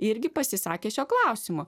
irgi pasisakė šiuo klausimu